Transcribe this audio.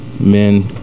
men